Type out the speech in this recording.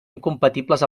incompatibles